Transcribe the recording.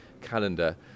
calendar